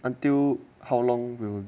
until how long will